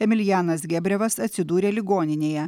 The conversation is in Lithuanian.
emilijanas gebrevas atsidūrė ligoninėje